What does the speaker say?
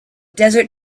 desert